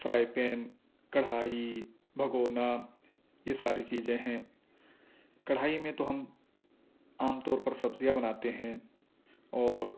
fry pan کڑھائی بھگونا یہ ساری چیزیں ہیں کڑھائی میں تو ہم عام طور پر سبزیاں بناتے ہیں اور